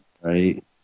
right